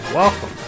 Welcome